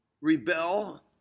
rebel